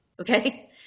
okay